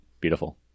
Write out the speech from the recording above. Beautiful